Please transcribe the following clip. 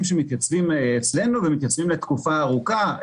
שמתייצבים אצלנו ומתייצבים לתקופה ארוכה,